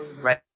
right